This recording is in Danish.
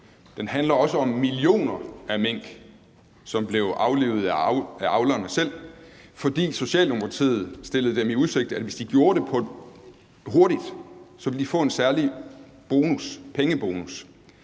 Den handler også om millioner af mink, som blev aflivet af avlerne selv, fordi Socialdemokratiet stillede dem i udsigt, at hvis de gjorde det hurtigt, så ville de få en særlig bonus,